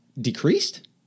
decreased